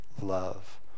love